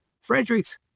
Frederick's